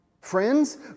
Friends